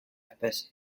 especie